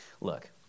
Look